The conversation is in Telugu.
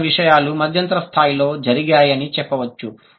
మిగిలిన విషయాలు మధ్యంతర స్థాయిలో జరిగాయి అని చెప్పవచ్చు